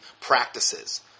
practices